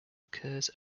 occurs